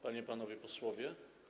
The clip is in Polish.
Panie i Panowie Posłowie!